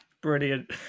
Brilliant